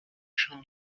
się